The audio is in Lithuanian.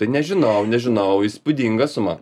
nežinau nežinau įspūdinga suma